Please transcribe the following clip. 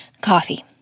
coffee